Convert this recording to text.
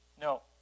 No